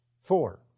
four